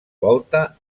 volta